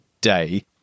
day